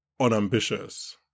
unambitious